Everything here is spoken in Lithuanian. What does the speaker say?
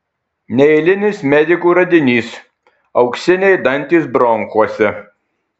neeilinis medikų radinys auksiniai dantys bronchuose